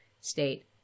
state